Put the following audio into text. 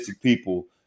people